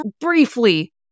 briefly